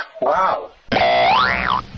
Wow